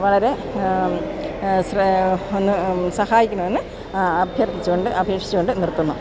വളരെ ഒന്ന് സഹായിക്കണമെന്ന് അഭ്യർത്ഥിച്ചുകൊണ്ട് അപേക്ഷിച്ചുകൊണ്ട് നിർത്തുന്നു